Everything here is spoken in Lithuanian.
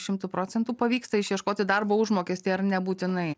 šimtu procentų pavyksta išieškoti darbo užmokestį ar nebūtinai